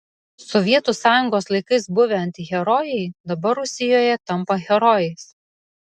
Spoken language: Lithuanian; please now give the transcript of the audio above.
sovietų sąjungos laikais buvę antiherojai dabar rusijoje tampa herojais